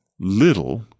Little